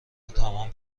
تمام